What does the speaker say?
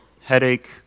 headache